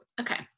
Okay